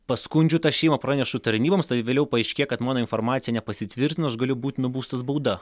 paskundžiu tą šeimą pranešu tarnyboms tai vėliau paaiškėja kad mano informacija nepasitvirtino aš galiu būti nubaustas bauda